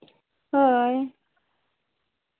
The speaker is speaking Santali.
ᱦᱳᱭ